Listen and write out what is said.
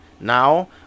now